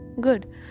good